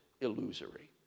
illusory